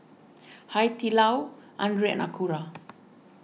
Hai Di Lao andre and Acura